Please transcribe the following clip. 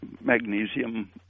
magnesium